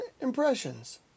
impressions